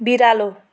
बिरालो